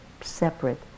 separate